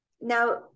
Now